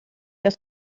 das